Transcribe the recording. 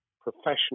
professional